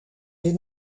des